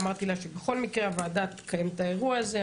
אמרתי לה שבכל מקרה הוועדה תקיים את האירוע הזה,